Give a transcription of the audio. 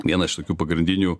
vieną iš tokių pagrindinių